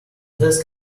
desk